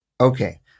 Okay